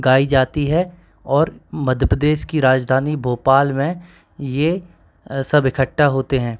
गाई जाती है और मध्य प्रदेश की राजधानी भोपाल में ये सब इकट्ठा होते हैं